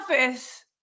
office